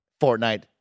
Fortnite